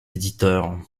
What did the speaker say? éditeur